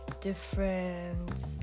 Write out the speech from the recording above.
different